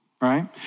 right